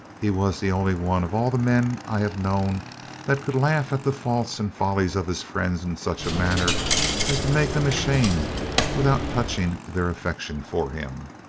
he was the only one of all the men i have known that could laugh at the faults and follies of his friends in such a manner as to make them ashamed without touching their affection for him.